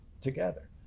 together